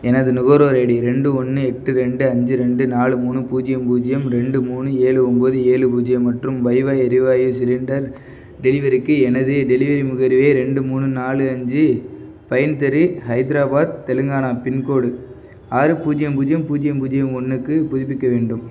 எனது நுகர்வோர் ஐடி ரெண்டு ஒன்னு எட்டு ரெண்டு அஞ்சு ரெண்டு நாலு மூணு பூஜ்ஜியம் பூஜ்ஜியம் ரெண்டு மூணு ஏழு ஒம்பது ஏழு பூஜ்ஜியம் மற்றும் பைபாய் எரிவாயு சிலிண்டர் டெலிவரிக்கு எனது டெலிவரி முகவரியை ரெண்டு மூணு நாலு அஞ்சு பைன் தெரு ஹைதராபாத் தெலுங்கானா பின்கோடு ஆறு பூஜ்ஜியம் பூஜ்ஜியம் பூஜ்ஜியம் பூஜ்ஜியம் ஒன்றுக்கு புதுப்பிக்க வேண்டும்